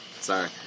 Sorry